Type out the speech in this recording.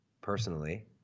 personally